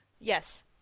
Yes